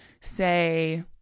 Say